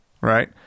right